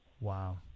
Wow